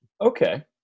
Okay